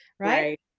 Right